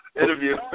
interview